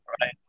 right